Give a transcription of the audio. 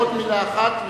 עוד מלה אחת,